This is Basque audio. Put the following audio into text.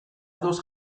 ados